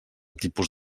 tipus